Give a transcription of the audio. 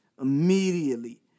immediately